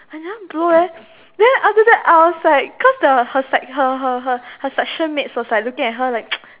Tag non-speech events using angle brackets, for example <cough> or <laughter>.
I never blow eh then after that I was like cause there was her sec~ her her her section mates was looking at her like <noise>